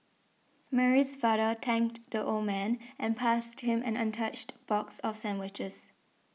Mary's father thanked the old man and passed him an untouched box of sandwiches